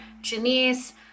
Janice